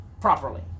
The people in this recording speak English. properly